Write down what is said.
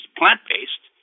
plant-based